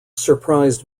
surprised